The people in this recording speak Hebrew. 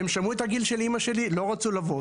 הן שמעו את הגיל של אימא שלי ולא רצו לבוא.